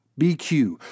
BQ